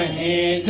a